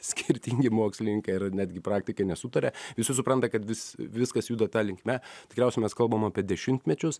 skirtingi mokslininkai ir netgi praktikai nesutaria visi supranta kad vis viskas juda ta linkme tikriausiai mes kalbam apie dešimtmečius